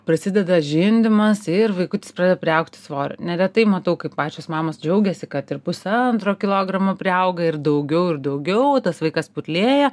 prasideda žindymas ir vaikutis pradeda priaugti svorio neretai matau kaip pačios mamos džiaugiasi kad ir pusantro kilogramo priauga ir daugiau ir daugiau tas vaikas putlėja